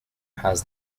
has